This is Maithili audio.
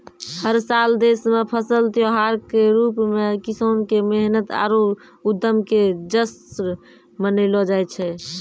हर साल देश मॅ फसल त्योहार के रूप मॅ किसान के मेहनत आरो उद्यम के जश्न मनैलो जाय छै